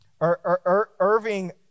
Irving